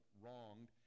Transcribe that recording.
wronged